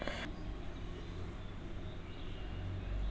योजनावार ब्याज दरक विवरण अलग अलग खंड मे देल जाइ छै